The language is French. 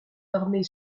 armée